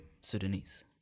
Sudanese